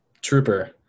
trooper